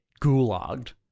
gulagged